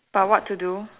but what to do